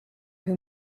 who